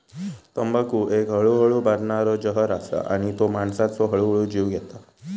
तंबाखू एक हळूहळू बादणारो जहर असा आणि तो माणसाचो हळूहळू जीव घेता